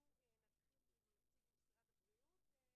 אנחנו נתחיל עם נציג משרד הבריאות.